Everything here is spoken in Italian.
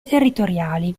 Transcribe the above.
territoriali